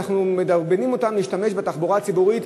אנחנו מדרבנים אותם להשתמש בתחבורה הציבורית,